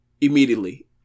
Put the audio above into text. immediately